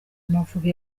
amavubi